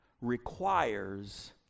requires